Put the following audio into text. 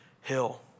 hill